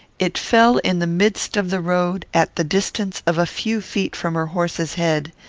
it fell in the midst of the road, at the distance of a few feet from her horse's head.